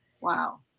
Wow